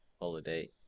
holiday